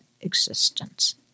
existence